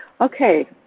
okay